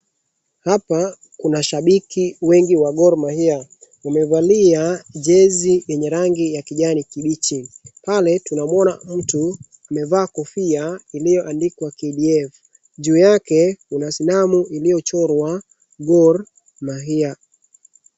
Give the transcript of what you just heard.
Hapa kuna shabiki wengi wa Gor Mahia wamevalia jezi yenye rangi ya kijani kimbichi. Pale tunamuona mtu amevaa kofia iliyoandikwa KDF. Juu yake kuna sanamu ilichorwa Gor Mahia.